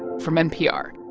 from npr